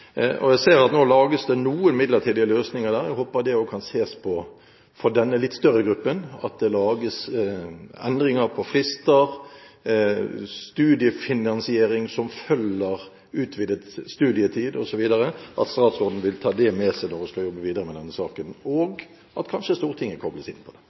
Jeg ser at det nå lages noen midlertidige løsninger der. Jeg håper det også kan ses på for denne litt større gruppen, at det lages endringer på frister, studiefinansiering som følger utvidet studietid osv. – at statsråden vil ta det med seg når hun skal jobbe videre med denne saken, og at kanskje Stortinget kobles inn. Det